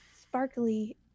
sparkly